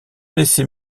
laisser